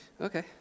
Okay